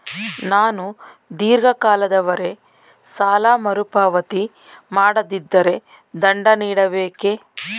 ನಾನು ಧೀರ್ಘ ಕಾಲದವರೆ ಸಾಲ ಮರುಪಾವತಿ ಮಾಡದಿದ್ದರೆ ದಂಡ ನೀಡಬೇಕೇ?